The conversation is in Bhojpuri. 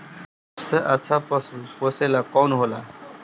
सबसे अच्छा पशु पोसेला कौन होला?